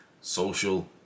social